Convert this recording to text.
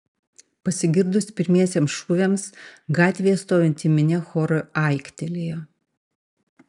pasigirdus pirmiesiems šūviams gatvėje stovinti minia choru aiktelėjo